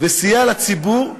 וסייע לציבור,